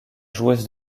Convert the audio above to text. joueuse